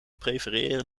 prefereren